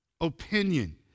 opinion